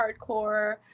hardcore